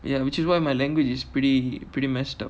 ya which is why my language is pretty pretty messed up